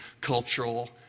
cultural